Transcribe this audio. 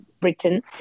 Britain